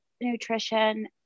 nutrition